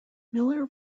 miller